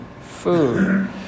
food